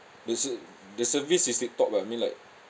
the ser~ the service is tip top lah I mean like